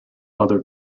other